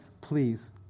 Please